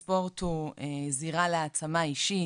הספורט הוא זירה להעצמה אישית,